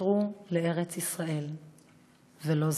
חתרו לארץ-ישראל ולא זכו,